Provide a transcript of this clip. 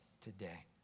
today